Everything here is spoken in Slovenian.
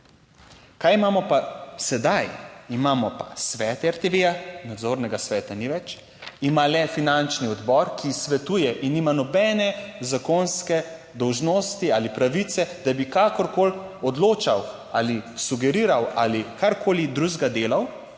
Kaj imamo pa sedaj? Imamo pa svet RTV, nadzornega sveta ni več, ima le finančni odbor, ki svetuje in nima nobene zakonske dolžnosti ali pravice, da bi kakorkoli odločal ali sugeriral ali karkoli drugega delal